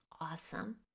awesome